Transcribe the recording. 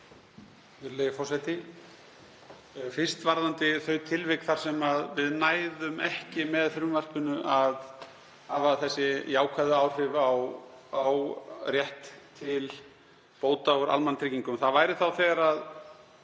sem við næðum ekki með frumvarpinu að hafa þessi jákvæðu áhrif á rétt til bóta úr almannatryggingum. Það væri þá þegar